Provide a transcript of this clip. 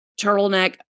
turtleneck